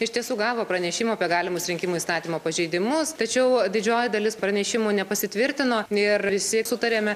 iš tiesų gavo pranešimą apie galimus rinkimų įstatymo pažeidimus tačiau didžioji dalis pranešimų nepasitvirtino ir visi sutarėme